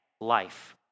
life